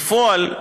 בפועל,